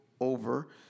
over